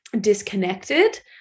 disconnected